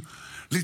לפיד,